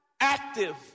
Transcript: Active